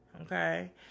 Okay